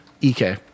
EK